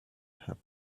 have